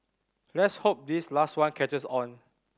let's hope this last one catches on